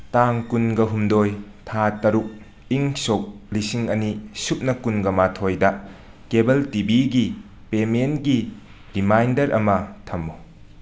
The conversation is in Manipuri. ꯇꯥꯡ ꯀꯨꯟꯒ ꯍꯨꯝꯗꯣꯏ ꯊꯥ ꯇꯔꯨꯛ ꯏꯪ ꯁꯣꯛ ꯂꯤꯁꯤꯡ ꯑꯅꯤ ꯁꯨꯞꯅ ꯀꯨꯟꯒ ꯃꯥꯊꯣꯏꯗ ꯀꯦꯕꯜ ꯇꯤ ꯕꯤꯒꯤ ꯄꯦꯃꯦꯟꯒꯤ ꯔꯤꯃꯥꯏꯟꯗꯔ ꯑꯃꯥ ꯊꯝꯃꯨ